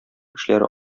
эшләре